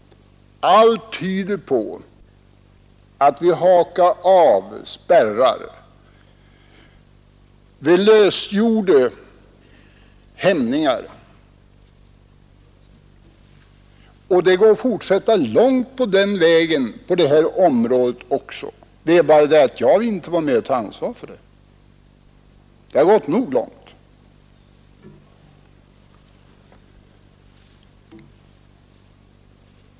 Allt tyder på att vi då hakade av spärrar och lösgjorde hämningar — och det går att fortsätta långt på den vägen på det här området. Det är bara så att jag inte vill vara med om att ta ansvaret för det. Det har gått nog långt!